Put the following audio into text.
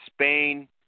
Spain